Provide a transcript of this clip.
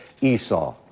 Esau